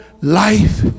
life